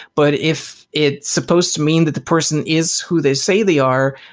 but if it's supposed to mean that the person is who they say they are,